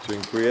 Dziękuję.